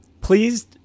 please